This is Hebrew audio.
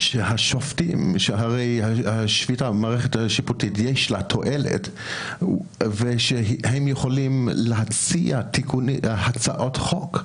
הרי למערכת השיפוטית יש תועלת והשופטים יכולים להציע הצעות חוק.